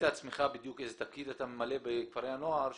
עצמך בדיוק איזה תפקיד אתה ממלא בכפרי הנוער לפרוטוקול.